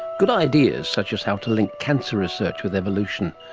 good ideas, such as how to link cancer research with evolution.